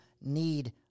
need –